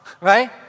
Right